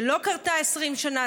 היא לא קרתה 20 שנה,